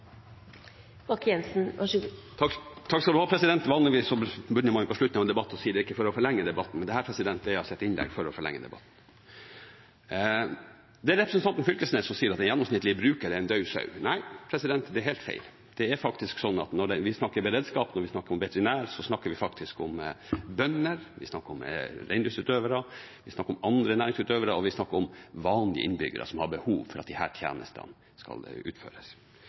ikke for å forlenge debatten. Men dette er et innlegg for å forlenge debatten. Representanten Knag Fylkesnes sier at den gjennomsnittlige bruker er en død sau. Nei, det er helt feil. Det er sånn at når vi snakker om beredskap, når vi snakker om veterinær, så snakker vi faktisk om bønder, vi snakker om reindriftsutøvere, vi snakker om andre næringsutøvere, og vi snakker om vanlige innbyggere som har behov for at disse tjenestene skal utføres.